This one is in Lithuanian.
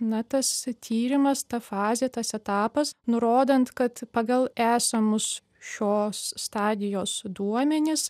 na tas tyrimas ta fazė tas etapas nurodant kad pagal esamus šios stadijos duomenis